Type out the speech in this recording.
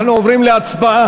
אנחנו עוברים להצבעה.